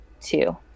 two